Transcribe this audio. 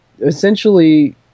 essentially